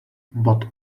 but